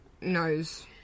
knows